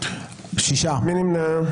מי נמנע?